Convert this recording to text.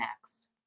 next